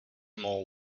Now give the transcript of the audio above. more